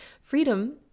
Freedom